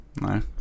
No